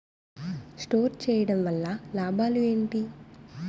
Store చేయడం వల్ల లాభాలు ఏంటి?